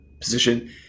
position